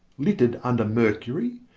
littered under mercury,